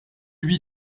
huit